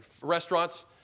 Restaurants